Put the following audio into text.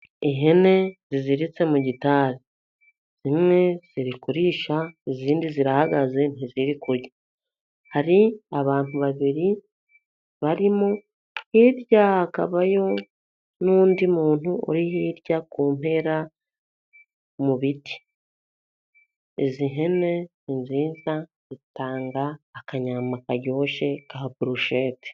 Ihene ziziritse mu gitari, zimwe ziri kurisha, izindi zirahagaze ntiziri kurya. Hari abantu babiri barimo, hirya hakabayo n'undi muntu, uri hirya ku mpera mu biti. Izi hene ni nziza zitanga akanyama karyoshye ka burushete.